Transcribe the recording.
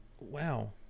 Wow